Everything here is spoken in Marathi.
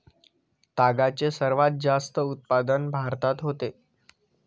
तागाचे सर्वात जास्त उत्पादन भारतात होते